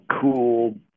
cool